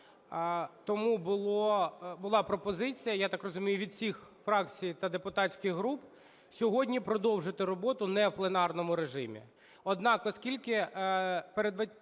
тому була пропозиція, я так розумію, від всіх фракцій та депутатських груп сьогодні продовжити роботу не в пленарному режимі.